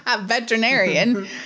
Veterinarian